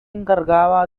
encargaba